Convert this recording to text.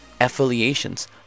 affiliations